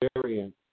variant